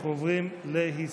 אנחנו עוברים להסתייגות